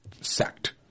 sect